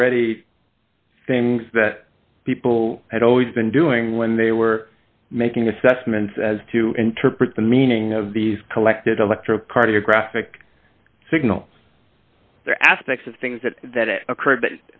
already things that people had always been doing when they were making assessments as to interpret the meaning of these collected electrocardiogram sick signal there are aspects of things that that it occurred but